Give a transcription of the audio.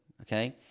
okay